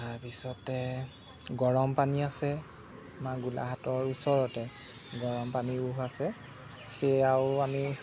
তাৰপিছতে গৰমপানী আছে আমাৰ গোলাঘাটৰ ওচৰতে গৰমপানীৰ উহঁ আছে সেয়াও আমি